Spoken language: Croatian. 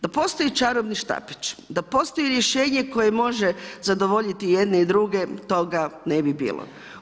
Da postoji čarobni štapić, da postoji rješenje koje može zadovoljiti i jedne i druge, toga ne bi bilo.